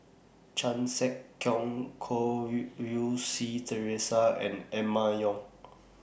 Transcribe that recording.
Chan Sek Keong Goh Rui Si Theresa and Emma Yong